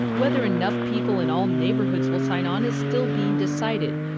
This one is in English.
whether enough people in all neighborhoods will sign on is still being decided.